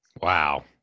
Wow